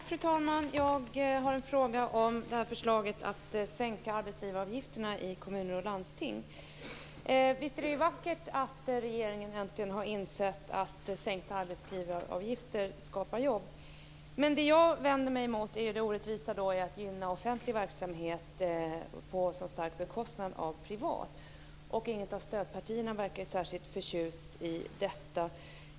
Fru talman! Jag har en fråga om förslaget att sänka arbetsgivaravgifterna i kommuner och landsting. Visst är det vackert att regeringen nu äntligen har insett att sänkta arbetsgivaravgifter skapar jobb. Men det jag vänder mig emot är det orättvisa i att det är inom offentlig verksamhet på så stark bekostnad av privat. Inget av stödpartierna verkar ju så förtjust i detta.